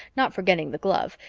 not forgetting the glove,